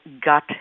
gut